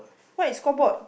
what is floorboard